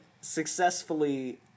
successfully